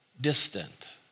distant